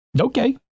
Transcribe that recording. Okay